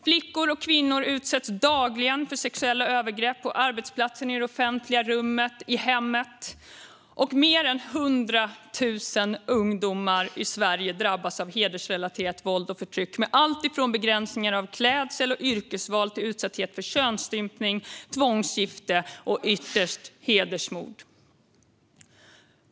Flickor och kvinnor utsätts dagligen för sexuella övergrepp på arbetsplatsen, i det offentliga rummet eller i hemmet. Mer än 100 000 ungdomar i Sverige drabbas av hedersrelaterat våld och förtryck, med allt från begränsningar av klädsel och yrkesval till utsatthet för könsstympning, tvångsgifte och ytterst hedersmord.